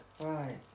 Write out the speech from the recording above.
Right